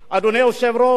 אדוני היושב-ראש,